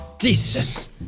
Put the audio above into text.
Jesus